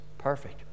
Perfect